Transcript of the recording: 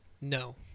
No